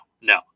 no